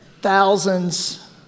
thousands